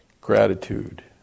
Gratitude